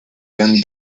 john